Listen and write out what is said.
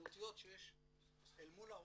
המשמעויות שיש אל מול העולים,